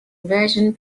version